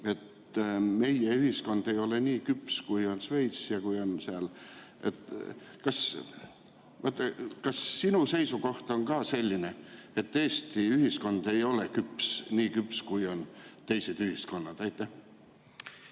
et meie ühiskond ei ole nii küps, kui on Šveits. Kas sinu seisukoht on ka selline, et Eesti ühiskond ei ole küps, nii küps, kui on teised ühiskonnad? Aitäh!